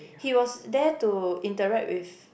he was there to interact with